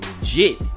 legit